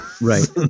Right